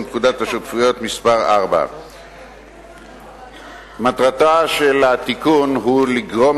פקודת השותפויות (מס' 4). מטרתו של התיקון הוא לגרום